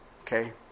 Okay